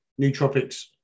nootropics